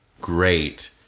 great